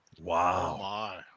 Wow